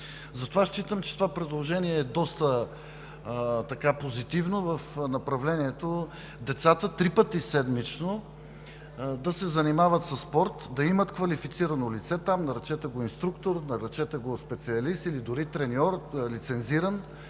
Затова считам, че това предложение е доста позитивно в направлението децата три пъти седмично да се занимават със спорт, да имат квалифицирано лице, наречете го инструктор, наречете го специалист или дори треньор – лицензиран